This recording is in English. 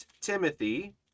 Timothy